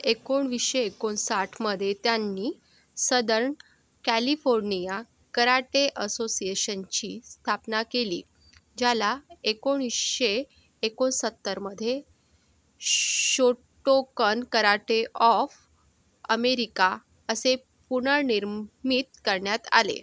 एकोणाविसशे एकोणसाठमध्ये त्यांनी सदर्न कॅलिफोर्निया कराटे असोसिएशनची स्थापना केली ज्याला एकोणीसशे एकोणसत्तरमध्ये शोटोकन कराटे ऑफ अमेरिका असे पुनर्नामित करण्यात आले